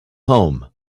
home